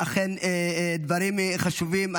אכן דברים חשובים.